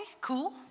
cool